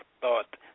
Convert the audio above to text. thought